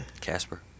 Casper